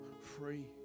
free